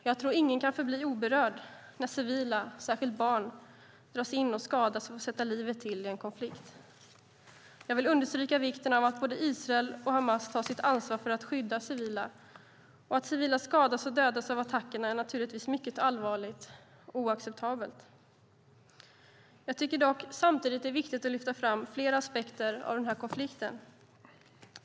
Jag tror ingen kan förbli oberörd när civila, särskilt barn, dras in och skadas och får sätta livet till i en konflikt. Jag vill understryka vikten av att både Israel och Hamas tar sitt ansvar för att skydda civila. Att civila skadas och dödas av attackerna är naturligtvis mycket allvarligt och oacceptabelt. Jag tycker dock att det är viktigt att lyfta fram flera aspekter på den här konflikten.